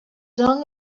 long